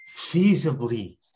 feasibly